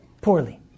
poorly